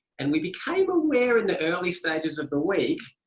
and we became aware in the early stages of the week,